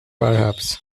perhaps